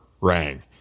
rang